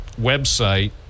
website